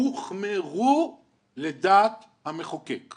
הוחמרו לדעת המחוקק.